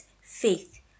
Faith